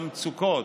של המצוקות.